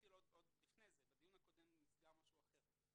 נתחיל עוד לפני זה: בדיון הקודם נסגר משהו אחר.